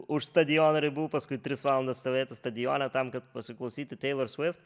už stadiono ribų paskui tris valandas stovėti stadione tam kad pasiklausyti teilor svift